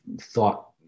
thought